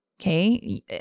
okay